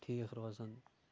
ٹھیٖک روزان